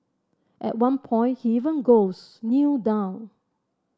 at one point he even goes Kneel down